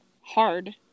hard